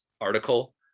article